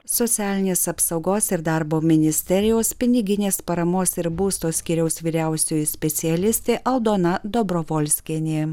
socialinės apsaugos ir darbo ministerijos piniginės paramos ir būsto skyriaus vyriausioji specialistė aldona dobrovolskienė